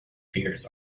fears